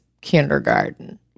kindergarten